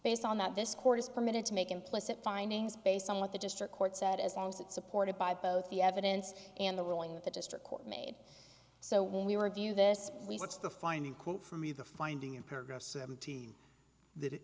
based on that this court is permitted to make implicit findings based on what the district court said as long as that supported by both the evidence and the ruling that the district court made so when we were view this week that's the finding quote for me the finding in paragraph seventeen that